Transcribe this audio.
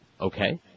Okay